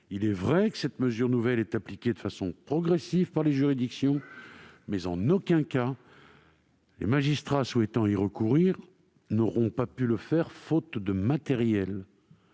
Il est vrai que cette mesure nouvelle est appliquée de manière progressive par les juridictions ; mais en aucun cas les magistrats souhaitant y recourir ne voient leur action entravée faute de matériel.